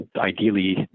ideally